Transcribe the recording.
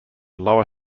lower